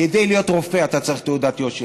כדי להיות רופא, אתה צריך תעודת יושר.